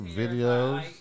videos